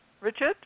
Richard